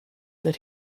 that